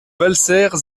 valserres